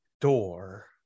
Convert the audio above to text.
door